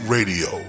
Radio